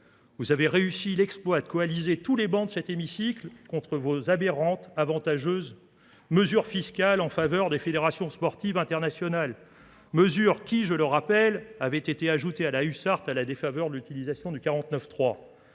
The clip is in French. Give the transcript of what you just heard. Vous avez réussi l'exploit de coaliser tous les bancs de cet hémicycle contre vos aberrantes, avantageuses mesures fiscales en faveur des fédérations sportives internationales. Mesures qui, je le rappelle, avaient été ajoutées à la USART à la défaveur de l'utilisation du 49.3.